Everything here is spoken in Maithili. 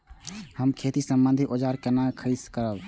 हम खेती सम्बन्धी औजार केना खरीद करब?